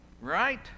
right